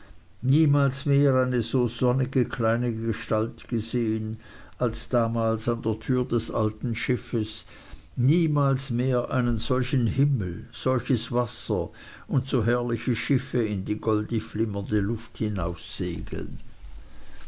niemals mehr eine so sonnige kleine gestalt gesehen als damals an der tür des alten schiffes niemals mehr einen solchen himmel solches wasser und so herrliche schiffe in die goldig flimmernde luft